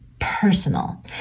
personal